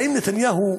האם נתניהו,